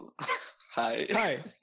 Hi